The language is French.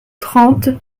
trente